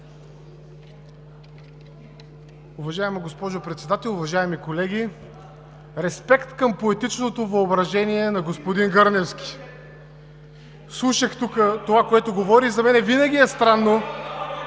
Уважаема госпожо Председател, уважаеми колеги! Респект към поетичното въображение на господин Гърневски. Слушах това, което говори, и за мен винаги е странно